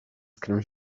skrył